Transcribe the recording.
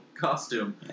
costume